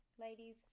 ladies